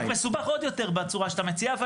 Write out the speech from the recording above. הוא מסובך עוד יותר בצורה שאתה מציע.